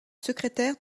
secrétaire